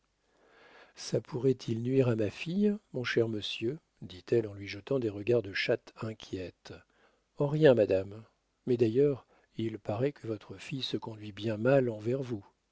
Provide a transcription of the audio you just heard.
ça pourra-t-il nuire à ma fille mon cher monsieur dit-elle en lui jetant des regards de chatte inquiète en rien madame mais d'ailleurs il paraît que votre fille se conduit bien mal envers vous